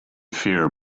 fear